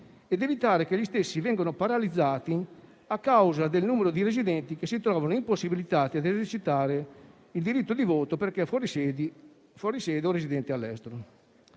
ed evitare che gli stessi vengano paralizzati a causa del numero di residenti che si trovano impossibilitati a esercitare il diritto di voto perché fuori sede o residenti all'estero.